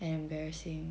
and embarrassing